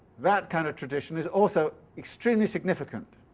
that kind of tradition is also extremely significant,